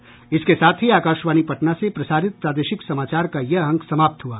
इसके साथ ही आकाशवाणी पटना से प्रसारित प्रादेशिक समाचार का ये अंक समाप्त हुआ